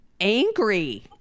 angry